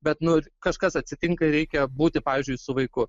bet nu kažkas atsitinka ir reikia būti pavyzdžiui su vaiku